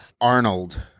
Arnold